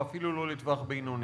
ואפילו לא לטווח בינוני.